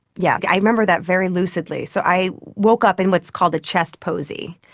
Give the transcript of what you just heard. yeah i remember that very lucidly. so i woke up in what's called a chest posey.